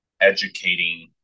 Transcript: educating